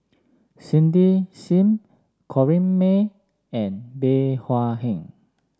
Cindy Sim Corrinne May and Bey Hua Heng